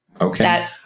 Okay